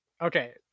Okay